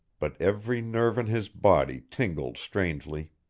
but every nerve in his body tingled strangely.